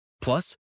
Plus